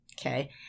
okay